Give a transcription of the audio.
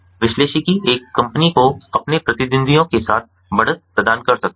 विश्लेषिकी एक कंपनी को अपने प्रतिद्वंद्वियों के साथ बढ़त प्रदान कर सकता है